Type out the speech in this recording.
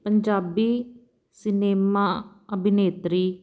Punjabi cinema ਅਭਿਨੇਤਰੀ